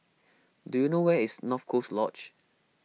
do you know where is North Coast Lodge